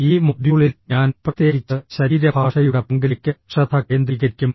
ഈ മൊഡ്യൂളിൽ ഞാൻ പ്രത്യേകിച്ച് ശരീരഭാഷയുടെ പങ്കിലേക്ക് ശ്രദ്ധ കേന്ദ്രീകരിക്കും